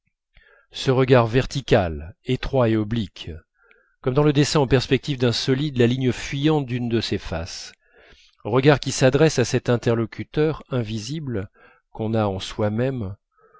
ce regard vertical étroit et oblique comme dans le dessin en perspective d'un solide la ligne fuyante d'une de ses faces regard qui s'adresse à cet interlocuteur invisible qu'on a en soi-même